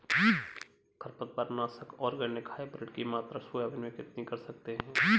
खरपतवार नाशक organic hybrid की मात्रा सोयाबीन में कितनी कर सकते हैं?